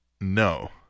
No